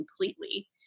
completely